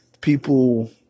people